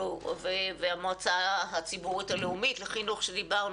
והמועצה הציבורית הלאומית לחינוך שדיברנו.